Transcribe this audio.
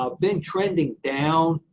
ah been trending down,